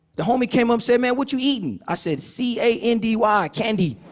the homey came up, said, man, what you eating? i said, c a n d y, candy.